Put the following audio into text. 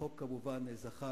החוק, כמובן, זכה